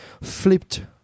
flipped